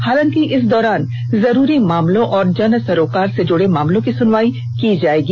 हालांकि इस दौरान जरुरी मामलों और जन सरोकार से जुड़े मामलों की सुनवाई की जाएगी